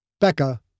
Becca